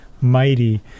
mighty